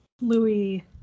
Louis